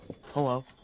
Hello